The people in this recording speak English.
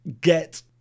get